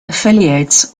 affiliates